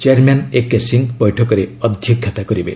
chairman A K Singh ବୈଠକରେ ଅଧ୍ୟକ୍ଷତା କରିବେ